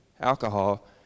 alcohol